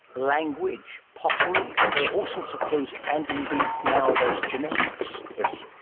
language, pottery, there are all sorts of clues, and indeed nowadays genetics. yes,